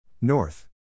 North